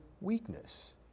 weakness